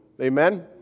Amen